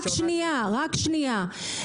רק שנייה, רק שנייה.